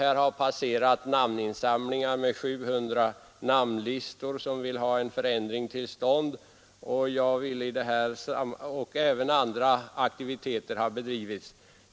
Det har gjorts en namninsamling med 700 namn där det krävs en förändring, och även andra aktiviteter har bedrivits.